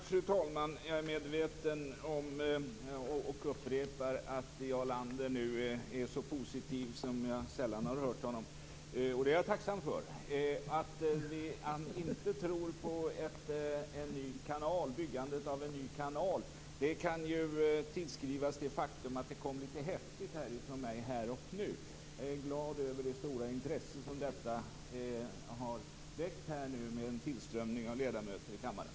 Fru talman! Jarl Lander var nu så positiv som jag sällan har hört honom, och det är jag tacksam för. Att han inte tror på byggandet av en ny kanal kan tillskrivas det faktum att det förslaget kom litet häftigt från mig här och nu. Men jag är glad över det stora intresse som detta har väckt med tanke på tillströmningen av ledamöter till kammaren.